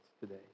today